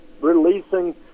releasing